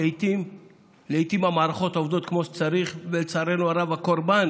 לעיתים המערכות עובדות כמו שצריך ולצערנו הרב הקורבן